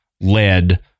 led